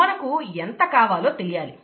మనకు ఎంత కావాలో తెలియాలి